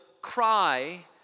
cry